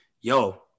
yo